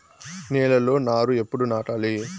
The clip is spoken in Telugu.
నేలలో నారు ఎప్పుడు నాటాలి?